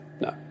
no